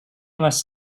was